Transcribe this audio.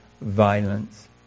violence